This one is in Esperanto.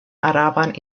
araban